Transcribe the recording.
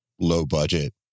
low-budget